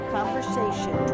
Conversation